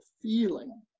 feeling